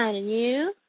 um you?